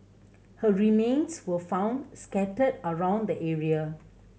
her remains were found scattered around the area